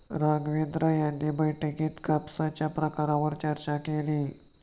राघवेंद्र यांनी बैठकीत कापसाच्या प्रकारांवर चर्चा केली